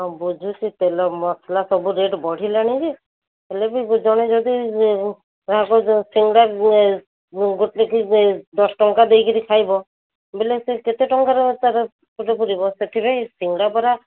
ହଁ ବୁଝୁଛି ତେଲ ମସଲା ସବୁ ରେଟ୍ ବଢ଼ିଲାଣି ଯେ ହେଲେ ବି ଜଣେ ଯଦି ଇଏ ରାଗ ଯାହାକୁ ସିଙ୍ଗଡ଼ା ଏ ଗୋଟେ କି ଯେ ଦଶ ଟଙ୍କା ଦେଇକରି ଖାଇବ ବେଲେ ସେ କେତେ ଟଙ୍କାର ତାର ପେଟ ପୂରିବ ସେଥିପାଇଁ ସିଙ୍ଗଡ଼ା ବରା